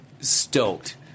stoked